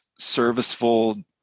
serviceful